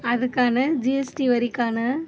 அதுக்கான ஜிஎஸ்டி வரிக்கான